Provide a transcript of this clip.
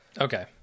Okay